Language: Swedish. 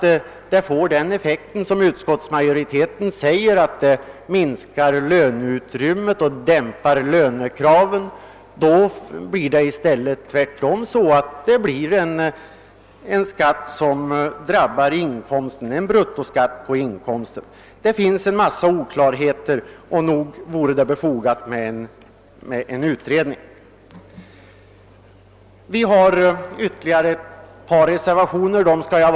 Om avgiften får den effekt som utskottsmajoriteten påstår, nämligen att den minskar löneutrymmet och dämpar lönekraven, blir den i stället en bruttoskatt på inkomsten. Det föreligger alltså en massa oklarheter, och nog vore det befogat med en utredning. Vi har ytterligare ett par reservationer.